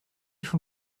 schon